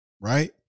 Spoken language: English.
right